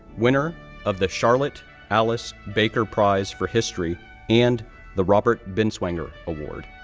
winner of the charlotte alice baker prize for history and the robert binswanger award,